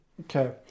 Okay